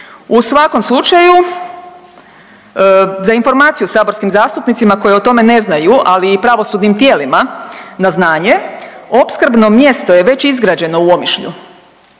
U svakom slučaju za informaciju saborskim zastupnicima koji o tome ne znaju, ali i pravosudnim tijelima na znanje opskrbno mjesto je već izgrađeno u Omišlju,